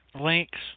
links